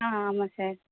ஆ ஆமாம் சார்